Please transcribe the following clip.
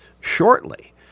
shortly